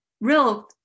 real